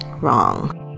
Wrong